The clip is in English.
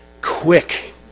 Quick